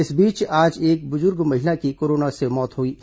इस बीच आज एक बुजुर्ग महिला की कोरोना से मौत हुई है